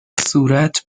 صورت